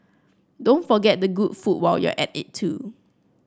don't forget the good food while you're at it too